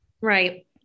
right